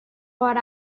what